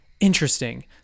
interesting